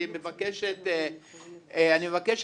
אני מבקש את הקשבתך,